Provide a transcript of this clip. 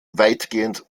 weitgehend